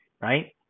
right